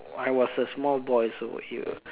I was a small boy so